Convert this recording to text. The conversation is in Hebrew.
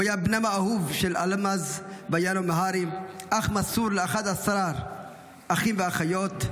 הוא היה בנם האהוב של אלמז ואיינאו מהרי ואח מסור ל-11 אחים ואחיות.